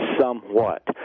somewhat